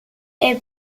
est